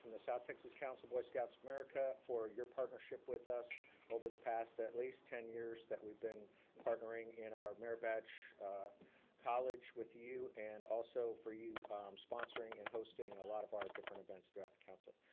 from the south texas council boy scouts of america for your partnership with us over the past at least ten years that we've been partnering in our merit badge college with you. and also for you sponsoring and hosting a lot of our different events throughout the council.